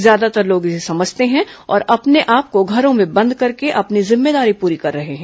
ज्यादातर लोग इसे समझते हैं और अपने आप को घरों में बंद करके अपनी जिम्मेदारी पूरी कर रहे हैं